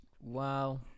Wow